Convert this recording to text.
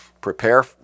prepare